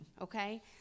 okay